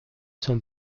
son